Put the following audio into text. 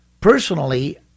Personally